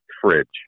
fridge